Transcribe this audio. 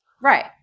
Right